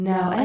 Now